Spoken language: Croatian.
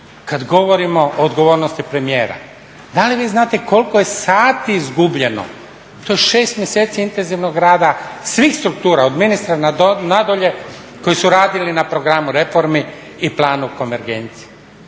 kad govorimo o odgovornosti premijera. Da li vi znate koliko je sati izgubljeno? To je 6 mjeseci intenzivnog rada svih struktura, od ministra na dolje, koji su radili na programu reformi i planu konvergencije,